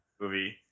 movie